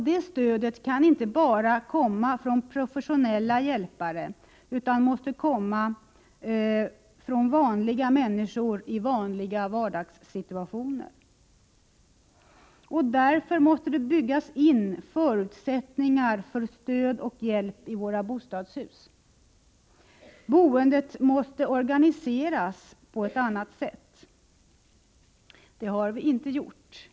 Det stödet kan inte bara komma från professionella hjälpare, utan det måste också komma från vanliga människor i vanliga vardagssituationer. Därför måste det byggas in förutsättningar för stöd och hjälp i våra bostadshus. Boendet måste organiseras på ett annat sätt. Det har vi inte gjort.